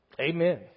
Amen